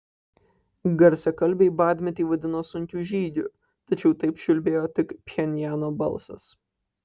garsiakalbiai badmetį vadino sunkiu žygiu tačiau taip čiulbėjo tik pchenjano balsas